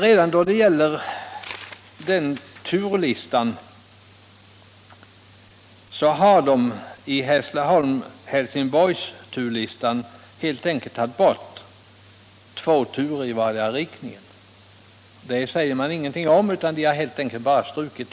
Redan där har man i Hässleholm-Helsingborg-turlistan tagit bort två turer i vardera riktningen. Det sägs ingenting om dem. De har helt enkelt bara strukits.